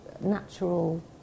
natural